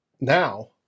now